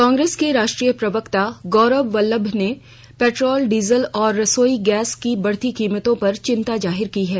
कांग्रेस के राष्ट्रीय प्रवक्ता गौरव वल्लभ ने पेट्रोल डीजल और रसोई गैस की बढ़ती कीमतों पर चिंता जाहिर की है